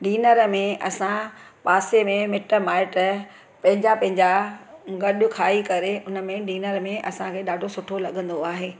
dinner में असां पासे में मिटु माइटु पंहिंजा पंहिंजा गॾु खाई करे उन में डिनर में असांखे ॾाढो सुठो लॻंदो आहे